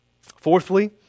Fourthly